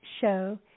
show